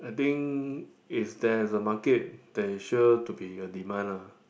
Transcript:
I think if there is a market there is sure to be a demand lah